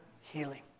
healing